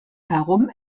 herum